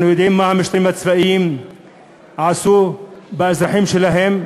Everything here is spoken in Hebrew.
אנחנו יודעים מה המשטרים הצבאיים עשו באזרחים שלהם,